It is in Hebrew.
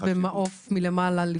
האלה.